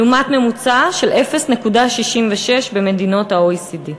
לעומת ממוצע של 0.66% במדינות ה-OECD.